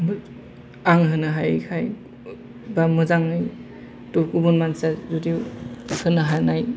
आं होनो हायैखाय बा मोजाङै गुबुन मानसिया जुदि होनो हानाय